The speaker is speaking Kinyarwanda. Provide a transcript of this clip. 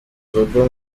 urugo